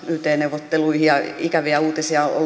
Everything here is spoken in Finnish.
neuvotteluihin ja ikäviä uutisia on ollut